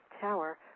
Tower